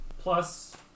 plus